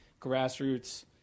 grassroots